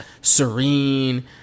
serene